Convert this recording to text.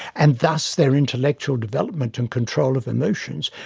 and thus their intellectual development and control of emotions,